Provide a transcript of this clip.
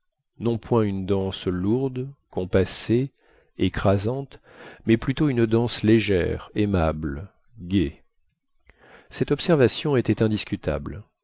non point une danse lourde compassée écrasante mais plutôt une danse légère aimable gaie cette observation était indiscutable